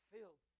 Filled